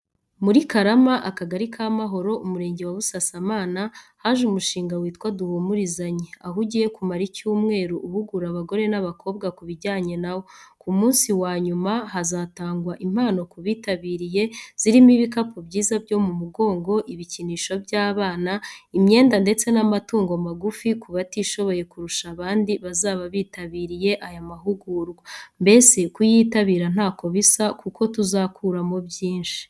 Muri Karama, Akagali ka Makoro, Umurenge wa Busasamana, haje umushinga witwa Duhumurizanye, aho ugiye kumara icyumweru uhugura abagore n’abakobwa ku bijyanye na wo. Ku munsi wa nyuma hazatangwa impano ku bitabiriye, zirimo ibikapu byiza byo mu mugongo, ibikinisho by’abana, imyenda ndetse n’amatungo magufi ku batishoboye kurusha abandi bazaba bitabiriye aya mahugurwa. Mbese kuyitabira ntako bisa, kuko tuzakuramo byinshi.